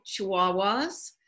chihuahuas